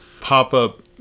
pop-up